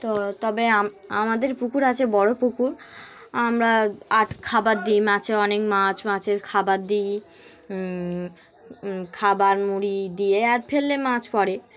তো তবে আমা আমাদের পুকুর আছে বড়ো পুকুর আমরা আট খাবার দিই মাছের অনেক মাছ মাছের খাবার দিই খাবার মুড়ি দিয়ে আর ফেললে মাছ পড়ে